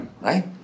Right